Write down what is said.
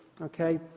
okay